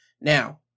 Now